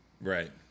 right